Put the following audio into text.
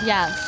Yes